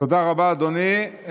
תודה רבה, אדוני.